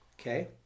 okay